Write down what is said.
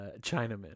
Chinaman